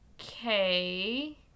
okay